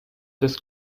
des